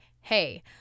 hey